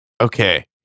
Okay